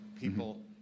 people